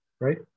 right